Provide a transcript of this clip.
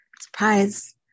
surprise